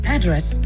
Address